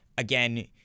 Again